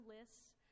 lists